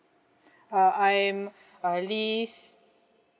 uh I'm aliz